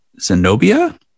Zenobia